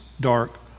dark